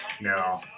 No